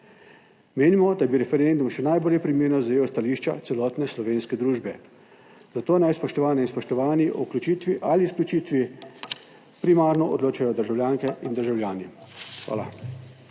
Menimo, da bi referendum še najbolj primerno zajel stališča celotne slovenske družbe, zato naj, spoštovane in spoštovani, o vključitvi ali izključitvi primarno odločajo državljanke in državljani. Hvala.